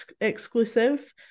exclusive